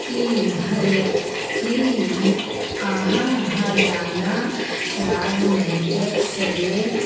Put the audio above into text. की हरिया की अहाँ हरियाणा राज्यमे एक्स रे